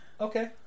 Okay